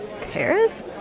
Paris